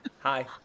Hi